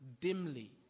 dimly